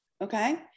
Okay